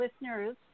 listeners